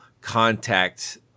contact